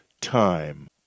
time